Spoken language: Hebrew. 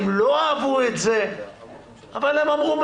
האמירה שהם יקבלו 101.5% היא לא נכונה,